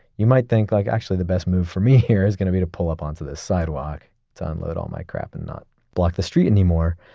you might think like actually the best move for me here is going to be to pull up onto this sidewalk to unload all my crap and not block the street anymore.